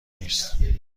نیست